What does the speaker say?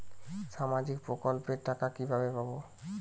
সামাজিক প্রকল্পের টাকা কিভাবে পাব?